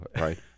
right